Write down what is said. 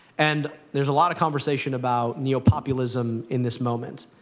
and there's a lot of conversation about neo-populism in this moment.